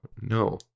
No